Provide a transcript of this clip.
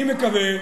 אני מקווה,